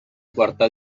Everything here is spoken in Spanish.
cuarta